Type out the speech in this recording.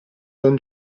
don